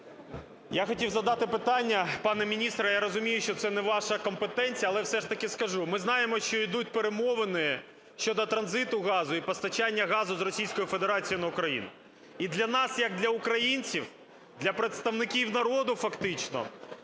Я хотів задати питання, пане міністре. Я розумію, що це не ваша компетенція, але все ж таки скажу. Ми знаємо, що йдуть перемовини щодо транзиту газу і постачання газу з Російської Федерації на Україну. І для нас як для українців, для представників народу фактично…